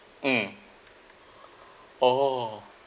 mm oh